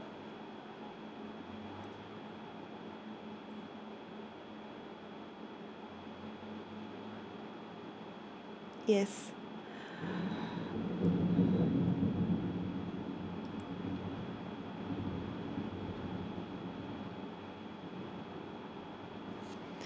yes